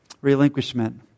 Relinquishment